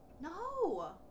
No